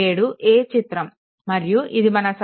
7a చిత్రం మరియు ఇది మన సర్క్యూట్ 4